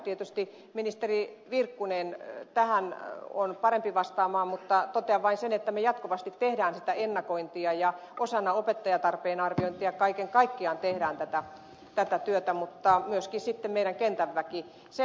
tietysti ministeri virkkunen on tähän parempi vastaamaan mutta totean vain sen että me jatkuvasti teemme ennakointia ja osana opettajatarpeen arviointia kaiken kaikkiaan teemme tätä työtä mutta myöskin sitten kentän väki tekee